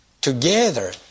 together